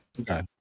Okay